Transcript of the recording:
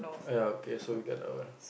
ya okay so you get that one